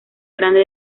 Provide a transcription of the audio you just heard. grande